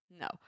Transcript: No